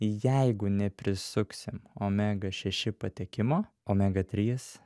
jeigu neprisuksim omega šeši patekimo omega trys